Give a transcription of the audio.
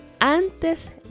Antes